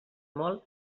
molt